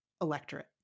electorate